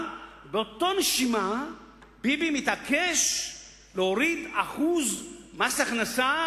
אבל באותה נשימה ביבי מתעקש להוריד 1% ממס הכנסה